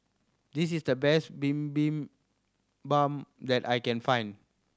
this is the best Bibimbap that I can find